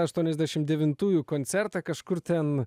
aštuoniasdešimt devintųjų koncertą kažkur ten